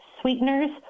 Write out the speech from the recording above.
sweeteners